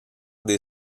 des